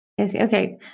Okay